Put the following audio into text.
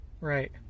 right